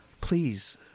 Please